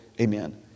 Amen